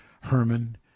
Herman